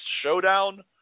showdown